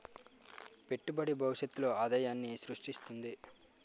పెట్టుబడి భవిష్యత్తులో ఆదాయాన్ని స్రృష్టిస్తుంది